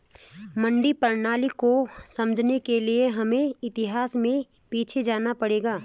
मंडी प्रणाली को समझने के लिए हमें इतिहास में पीछे जाना पड़ेगा